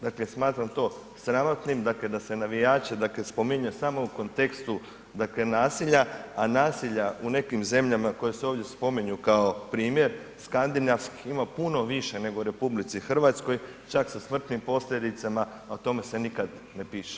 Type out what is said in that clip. Dakle, smatram to sramotnim dakle da se navijače dakle spominje samo u kontekstu dakle nasilja, a nasilja u nekim zemljama koje se ovdje spominju kao primjer Skandinavskih ima puno više nego u RH čak sa smrtnim posljedicama, a o tome se nikad ne piše.